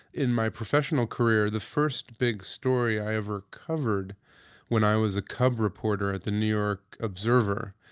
in my professional career the first big story i ever covered when i was a cub reporter at the new york observer,